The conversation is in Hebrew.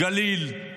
גליל.